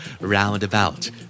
Roundabout